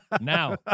Now